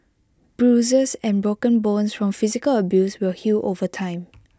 bruises and broken bones from physical abuse will heal over time